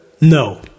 No